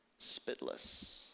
spitless